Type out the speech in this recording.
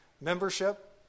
membership